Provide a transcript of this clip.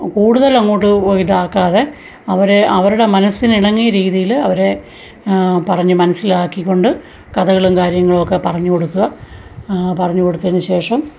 കൂടുതലങ്ങോട്ട് പോയിതാക്കാതെ അവരെ അവരുടെ മനസ്സിനിണങ്ങിയ രീതിയില് അവരെ പറഞ്ഞ് മനസ്സിലാക്കിക്കൊണ്ട് കഥകളും കാര്യങ്ങളുമൊക്കെ പറഞ്ഞുകൊടുക്കുക പറഞ്ഞ് കൊടുത്തതിനുശേഷം